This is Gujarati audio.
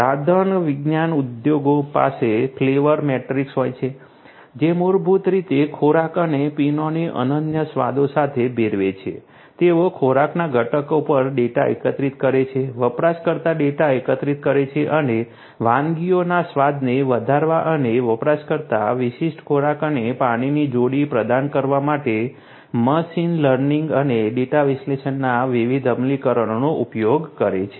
રાંધણ વિજ્ઞાન ઉદ્યોગો પાસે ફ્લેવર મેટ્રિક્સ હોય છે જે મૂળભૂત રીતે ખોરાક અને પીણાંને અનન્ય સ્વાદો સાથે ભેળવે છે તેઓ ખોરાકના ઘટકો પર ડેટા એકત્રિત કરે છે વપરાશકર્તા ડેટા એકત્રિત કરે છે અને વાનગીઓના સ્વાદને વધારવા અને વપરાશકર્તા વિશિષ્ટ ખોરાક અને પીણાની જોડી પ્રદાન કરવા માટે મશીન લર્નિંગ અને ડેટા વિશ્લેષણના વિવિધ અમલીકરણોનો ઉપયોગ કરે છે